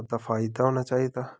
ओह्दा फायदा होना चाहिदा